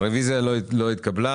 הרביזיה לא התקבלה.